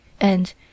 and